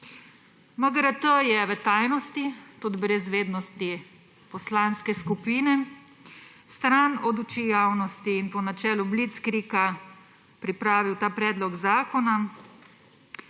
MGRT je v tajnosti, tudi brez vednosti poslanske skupine, stran od oči javnosti in po načelu blitzkriega pripravil ta predlog zakona